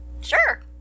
Sure